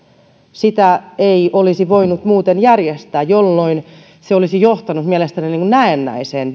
sitä ei olisi voinut muuten järjestää jolloin se olisi johtanut mielestäni näennäiseen